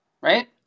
right